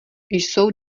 jsou